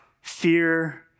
fear